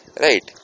Right